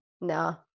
No